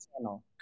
channel